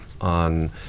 on